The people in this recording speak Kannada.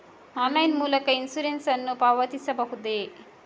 ಆನ್ಲೈನ್ ಮೂಲಕ ಇನ್ಸೂರೆನ್ಸ್ ನ್ನು ಪಾವತಿಸಬಹುದೇ?